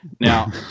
Now